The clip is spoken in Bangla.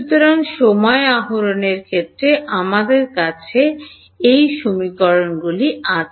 সুতরাং সময় আহরণের ক্ষেত্রে আমার কাছে হবে